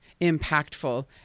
impactful